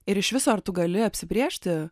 ir iš viso ar tu gali apsibrėžti